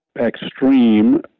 extreme